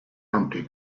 humpty